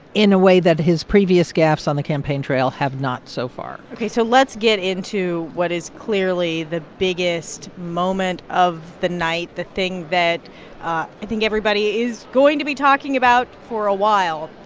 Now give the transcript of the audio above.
in a way that his previous gaffes on the campaign trail have not so far ok, so let's get into what is clearly the biggest moment of the night, the thing that i think everybody is going to be talking about for a while,